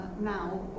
Now